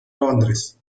londres